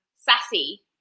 Sassy